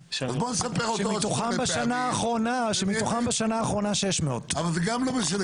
שמתוכם בשנה האחרונה 600. אבל גם זה לא משנה,